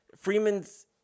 Freeman's